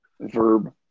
verb